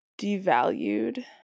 devalued